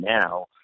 now